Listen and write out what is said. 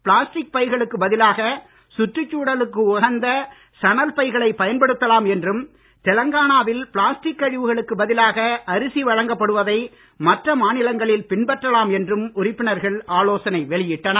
plastic பைகளுக்கு பதிலாக சுற்றுச்சூழலுக்கு உகந்த சணல் பைகளை பயன்படுத்தலாம் என்றும் தெலங்கானாவில் பிளாஸ்டிக் கழிவுகளுக்குப் பதிலாக அரிசி வழங்கப்படுவதை மற்ற மாநிலங்களில் பின்பற்றலாம் என்றும் உறுப்பினர்கள் ஆலோசனை வெளியிட்டனர்